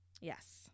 Yes